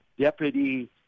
deputy